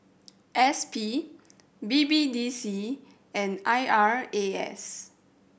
S P B B D C and I R A S